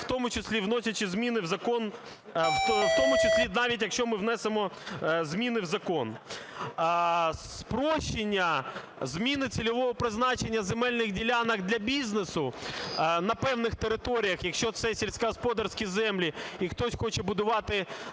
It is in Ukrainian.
в тому числі навіть якщо ми внесемо зміни в закон. Спрощення зміни цільового призначення земельних ділянок для бізнесу на певних територіях, якщо це сільськогосподарські землі і хтось хоче будувати